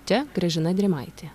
čia gražina drėmaitė